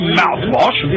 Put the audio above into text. mouthwash